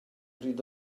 bryd